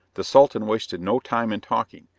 the sultan wasted no time in talking,